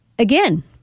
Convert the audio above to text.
Again